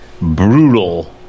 brutal